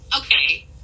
okay